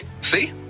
See